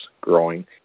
growing